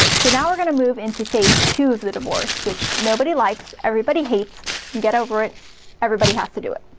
so now we're gonna move into phase two of the divorce, which nobody likes, everybody hates get over it everybody has to do it.